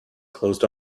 closed